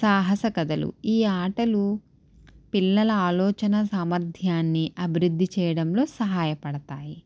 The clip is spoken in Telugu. సాహస కథలు ఈ ఆటలు పిల్లల ఆలోచన సామర్ధ్యాన్ని అభివృద్ధి చేయడంలో సహాయపడతాయి